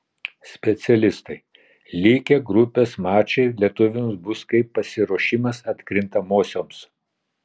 specialistai likę grupės mačai lietuviams bus kaip pasiruošimas atkrintamosioms